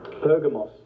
Pergamos